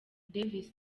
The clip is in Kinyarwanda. davis